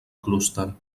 clúster